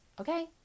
okay